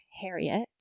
Harriet